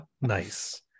Nice